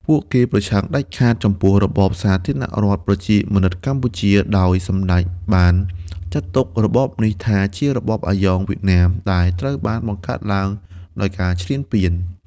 ពួកគេប្រឆាំងដាច់ខាតចំពោះរបបសាធារណរដ្ឋប្រជាមានិតកម្ពុជា ដោយសម្ដេចបានចាត់ទុករបបនេះថាជារបបអាយ៉ងវៀតណាមដែលត្រូវបានបង្កើតឡើងដោយការឈ្លានពាន។